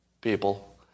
People